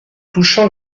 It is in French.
touchant